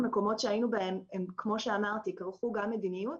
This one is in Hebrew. המקומות שהיינו בהם הם כמו שאמרתי כרכו גם מדיניות